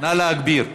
נא להגביר.